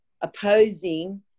opposing